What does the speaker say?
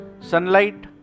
sunlight